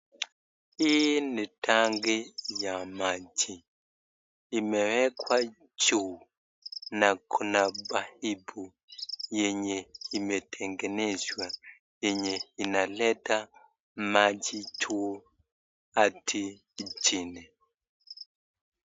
Hii ni tangi ya maji, imewekwa juu na kuna paipu yenye imetengenezwa yenye inaleta maji juu Hadi chini.